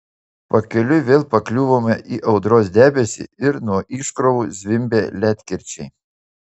pakeliui vėl pakliuvome į audros debesį ir nuo iškrovų zvimbė ledkirčiai